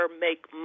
make